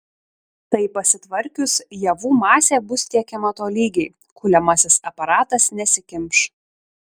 tai pasitvarkius javų masė bus tiekiama tolygiai kuliamasis aparatas nesikimš